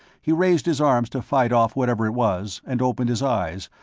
he raised his arms to fight off whatever it was, and opened his eyes,